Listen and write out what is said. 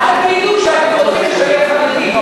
אל תגידו שאתם רוצים לשלב חרדים.